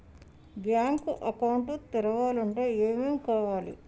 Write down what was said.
Bank account తెరవాలంటే ఏమేం కావాలి?